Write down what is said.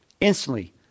instantly